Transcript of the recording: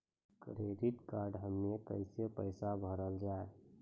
Credit card हम्मे कैसे पैसा भरल जाए?